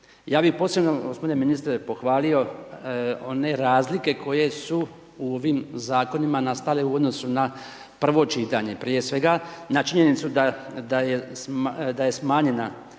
Ja bi posebno g. ministre pohvalio razlike koje su ovim zakonima nastali u odnosu na prvo čitanje. Prije svega na činjenicu da je smanjena